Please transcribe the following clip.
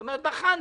זאת אומרת, בחתנם.